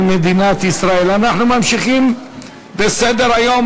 אנחנו ממשיכים בסדר-היום.